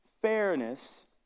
fairness